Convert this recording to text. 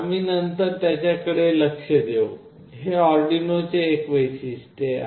आम्ही नंतर त्याकडे लक्ष देऊ हे अर्डिनोचे एक वैशिष्ट्य आहे